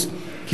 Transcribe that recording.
כי שר הפנים,